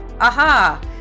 aha